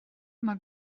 mae